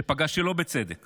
שפגע שלא בצדק